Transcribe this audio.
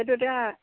সেইটো এতিয়া